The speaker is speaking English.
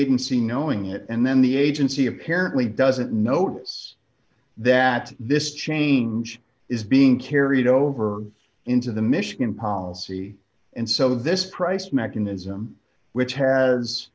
agency knowing it and then the agency apparently doesn't notice that this change is being carried over into the michigan policy and so this price mechanism which has